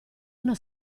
una